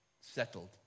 settled